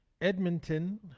Edmonton